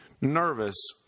nervous